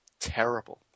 Terrible